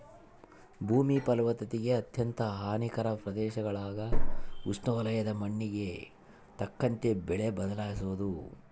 ಭೂಮಿ ಫಲವತ್ತತೆಗೆ ಅತ್ಯಂತ ಹಾನಿಕಾರಕ ಪ್ರದೇಶಗುಳಾಗ ಉಷ್ಣವಲಯದ ಮಣ್ಣಿಗೆ ತಕ್ಕಂತೆ ಬೆಳೆ ಬದಲಿಸೋದು